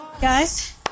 Guys